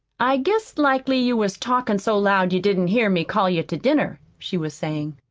i guess likely you was talkin' so loud you didn't hear me call you to dinner, she was saying.